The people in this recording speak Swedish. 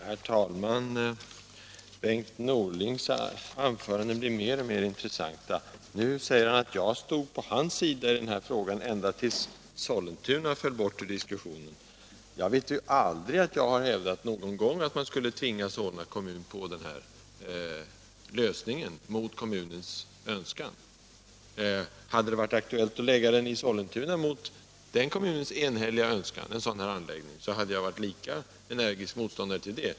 Herr talman! Bengt Norlings anföranden blir mer och mer intressanta. Nu säger han att jag stod på hans sida i den här frågan ända tills Sollentuna föll bort ur diskussionen. Jag vet mig aldrig någon gång ha hävdat att man skulle tvinga på Solna kommun en lösning mot kommunens önskan. Hade det varit aktuellt att lägga terminalen i Sollentuna mot den kommunens enhälliga önskan, så hade jag varit lika energisk motståndare till det.